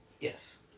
Yes